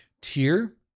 tier